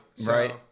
right